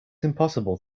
impossible